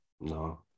no